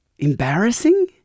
Embarrassing